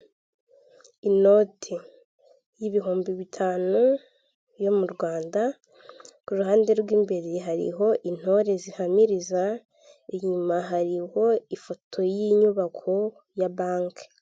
Inoti y’ibihumbi bitanu yo mu Rwanda, ku ruhande rw’imbere hariho intore zihamiriza, inyuma hariho ifoto y’inyubako ya banki.